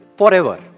forever